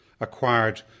acquired